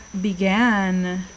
began